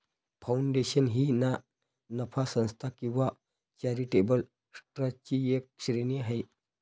foundation ही ना नफा संस्था किंवा चॅरिटेबल ट्रस्टची एक श्रेणी आहे